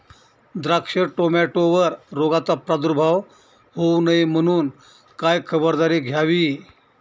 द्राक्ष, टोमॅटोवर रोगाचा प्रादुर्भाव होऊ नये म्हणून काय खबरदारी घ्यावी?